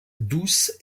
douce